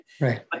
Right